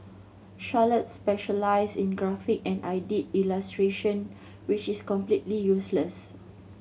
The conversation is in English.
Charlotte specialised in graphic and I did illustration which is completely useless